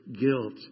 guilt